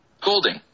Holding